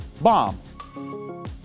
bomb